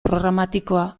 programatikoa